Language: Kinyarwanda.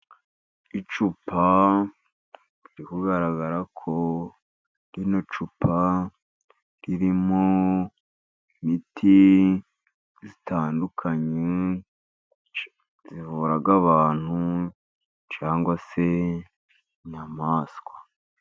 Icupa riri kugaragara ko, iri cupa ririmo imiti itandukanye ivura abantu, cyangwa se inyamaswa.